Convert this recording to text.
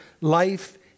life